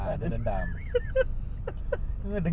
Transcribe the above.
takde